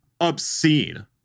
obscene